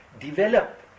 develop